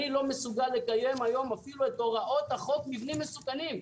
אני לא מסוגל לקיים היום אפילו את הוראות חוק מבנים מסוכנים,